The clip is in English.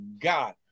God